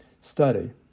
study